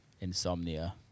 Insomnia